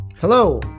Hello